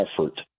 effort